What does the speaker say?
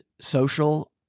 social